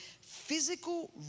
physical